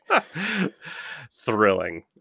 Thrilling